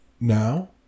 now